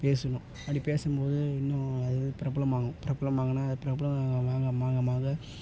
பேசணும் அப்படி பேசும்போது இன்னும் அது பிரபலமாகும் பிரபலமானால் அது பிரபலம் ஆக ஆக ஆக